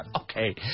Okay